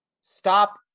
stop